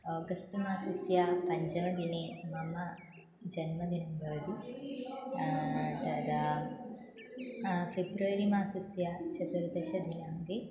August मासस्य पञ्चमदिने मम जन्मदिनं भवति तदा फ़ेब्रवरि मासस्य चतुर्दशदिनाङ्के